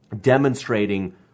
demonstrating